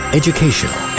educational